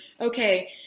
okay